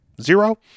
Zero